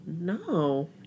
No